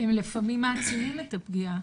הם לפעמים מעצימים את הפגיעה.